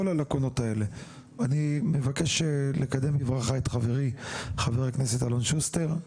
אני מבקש לקדם בברכה את חברי חבר הכנסת אלון שוסטר.